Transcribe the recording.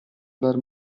dar